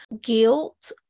guilt